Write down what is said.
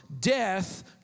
death